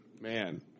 man